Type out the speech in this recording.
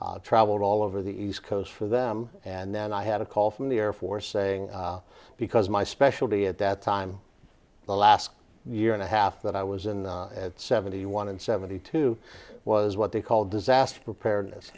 traveled all over the east coast for them and then i had a call from the air force saying because my specialty at that time the last year and a half that i was in at seventy one and seventy two was what they call disaster preparedness